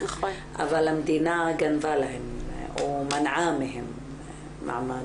אבל המדינה גנבה להן או מנעה מהן מעמד.